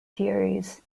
theories